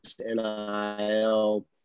nil